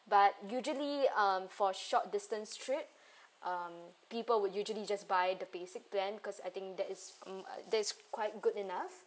but usually um for short distance trip um people would usually just buy the basic plan cause I think that is hmm that is quite good enough